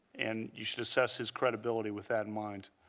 and you should assess his credibility with that in mind.